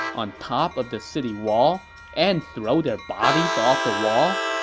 on top of the city wall and throw their bodies off the wall?